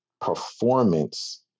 performance